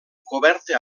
coberta